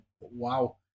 wow